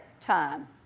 time